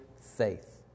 faith